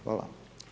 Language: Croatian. Hvala.